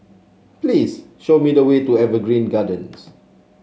please show me the way to Evergreen Gardens